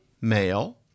male